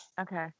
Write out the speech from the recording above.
Okay